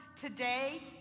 today